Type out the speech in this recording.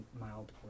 mild